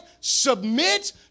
submit